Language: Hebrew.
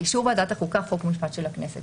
באישור ועדת חוקה חוק ומשפט של הכנסת,